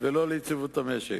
ולא ליציבות המשק.